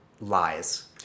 lies